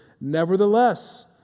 Nevertheless